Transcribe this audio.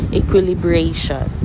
equilibration